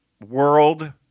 world